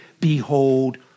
Behold